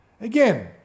again